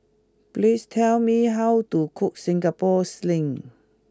please tell me how to cook Singapore Sling